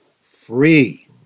free